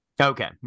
Okay